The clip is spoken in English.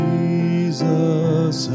Jesus